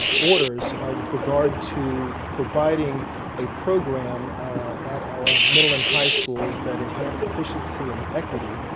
ah orders, with regard to providing a program at our middle and high schools that enhance efficiency and equity.